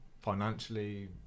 financially